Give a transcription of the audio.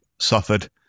suffered